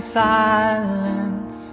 silence